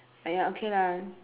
!aiya! okay lah